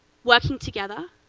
working together,